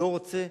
לא רוצה,